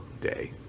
day